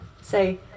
Say